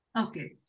Okay